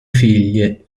figlie